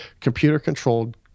computer-controlled